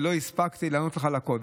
ולא הספקתי לענות לך על הכול.